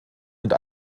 und